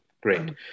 Great